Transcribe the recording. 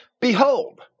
Behold